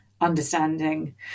understanding